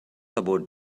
about